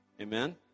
Amen